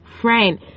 friend